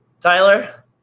Tyler